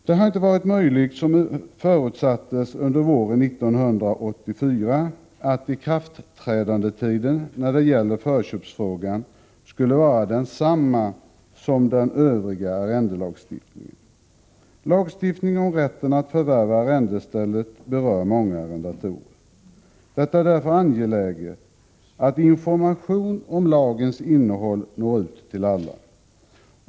Det har inte varit möjligt, som utskottet förutsatte under våren 1984, att ikraftträdandetiden när det gäller förköpsfrågan skulle vara densamma som beträffande den övriga arrendelagstiftningen. Lagstiftningen om rätten att förvärva arrendestället berör många arrendatorer. Det är därför angeläget att information om lagens innehåll når ut till alla.